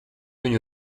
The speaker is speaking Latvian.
viņu